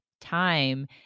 time